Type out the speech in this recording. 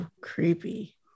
creepy